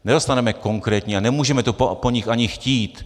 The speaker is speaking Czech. Nedostaneme konkrétní a nemůžeme to po nich ani chtít.